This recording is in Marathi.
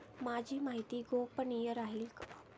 माझी माहिती गोपनीय राहील का?